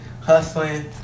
hustling